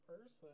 person